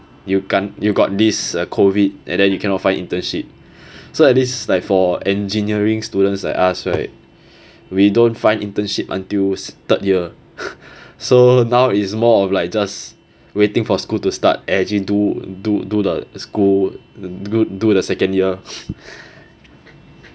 you got this COVID and then you cannot find internship so at least like for engineering students like us right we don't find internship until third year so now is more of like just waiting for school to start do do do the school do the second year